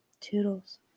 Toodles